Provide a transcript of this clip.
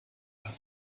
haben